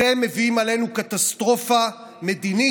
אתם מביאים עלינו קטסטרופה מדינית,